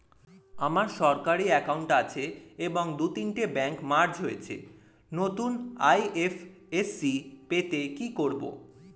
আমার সরকারি একাউন্ট আছে এবং দু তিনটে ব্যাংক মার্জ হয়েছে, নতুন আই.এফ.এস.সি পেতে কি করব?